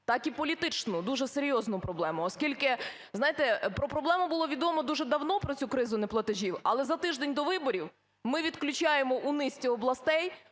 так і політичну дуже серйозну проблему, оскільки, знаєте, про проблему було відомо дуже давно, про цю кризу неплатежів, але з а тиждень до виборів ми відключаємо у низці областей